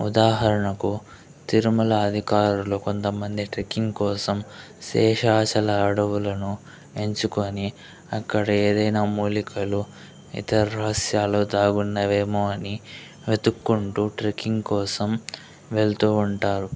ఉదాహరణకు తిరుమల అధికారులు కొంతమంది ట్రెక్కింగ్ కోసం శేషాచల అడవులను ఎంచుకొని అక్కడ ఏదైనా మూలికలు ఇతర రహస్యాలు దాగున్నవేమో అని వెతుక్కుంటూ ట్రెక్కింగ్ కోసం వెళ్తూ ఉంటారు